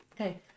okay